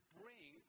bring